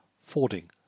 Fording